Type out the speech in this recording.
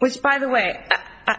which by the way i